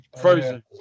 Frozen